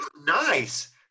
nice